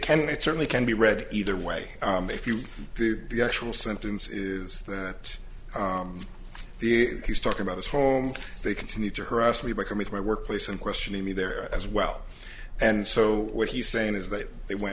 can it certainly can be read either way if you do the actual sentence is that the he's talking about his home they continue to harass me but i'm with my workplace and questioning me there as well and so what he's saying is that they went